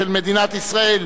של מדינת ישראל,